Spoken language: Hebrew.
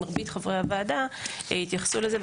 מרבית חברי הוועדה התייחסו לזה,